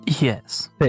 Yes